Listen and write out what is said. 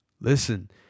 listen